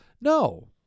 No